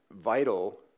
vital